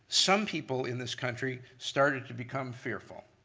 some people in this country started to become fearful.